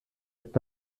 wird